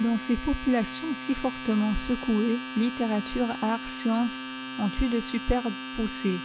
dans ces populations si fortement secouées littérature arts sciences ont eu de superbes poussées